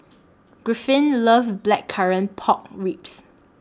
Griffin loves Blackcurrant Pork Ribs